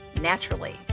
naturally